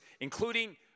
including